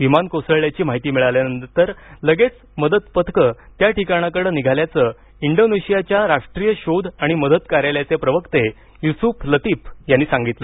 विमान कोसळल्याची माहिती मिळाल्यानंतर लगेच मदत पथकं त्या ठिकाणाकड निघाल्याचं इंडोनेशियाच्या राष्ट्रीय शोध आणि मदत कार्यालयाचे प्रवक्ते युसूफ लतिफ यांनी सांगितलं